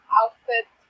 outfit